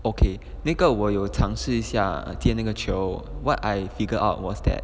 okay 那个我有尝试一下接那个球 what I figure out what's that